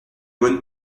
bonne